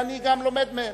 ואני גם לומד מהם.